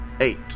Eight